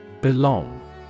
Belong